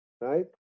Right